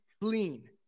clean